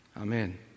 Amen